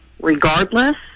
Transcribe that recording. regardless